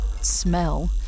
smell